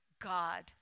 God